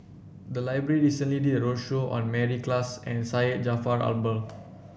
the library recently did a roadshow on Mary Klass and Syed Jaafar Albar